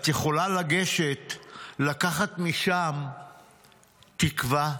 את יכולה לגשת לקחת משם תקווה,